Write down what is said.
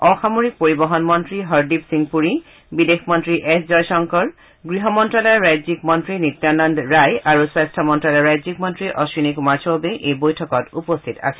অসামৰিক পৰিবহন মন্ত্ৰী হৰদীপ সিং পুৰী বিদেশ মন্ত্ৰী এছ জয়শংকৰ গৃহমন্ত্যালয়ৰ ৰাজ্যিক মন্ত্ৰী নিত্যানন্দ ৰায় আৰু স্বাস্থ্য মন্ত্যালয়ৰ ৰাজ্যিক মন্ত্ৰী অশ্বিনী কুমাৰ চৌবে এই বৈঠকত উপস্থিত আছিল